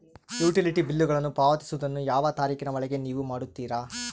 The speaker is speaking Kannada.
ಯುಟಿಲಿಟಿ ಬಿಲ್ಲುಗಳನ್ನು ಪಾವತಿಸುವದನ್ನು ಯಾವ ತಾರೇಖಿನ ಒಳಗೆ ನೇವು ಮಾಡುತ್ತೇರಾ?